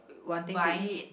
want thing to eat